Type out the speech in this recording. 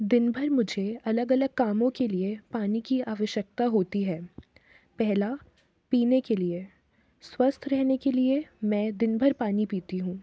दिनभर मुझे अलग अलग कामों के लिए पानी की आवश्यकता होती है पहला पीने के लिए स्वस्थ रहने के लिए मैं दिनभर पानी पीती हूँ